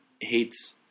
hates